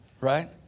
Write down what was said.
right